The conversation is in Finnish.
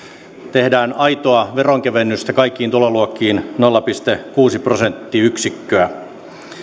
tehdään aitoa veronkevennystä kaikkiin tuloluokkiin nolla pilkku kuusi prosenttiyksikköä